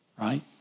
right